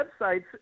websites